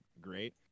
great